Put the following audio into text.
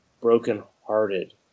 brokenhearted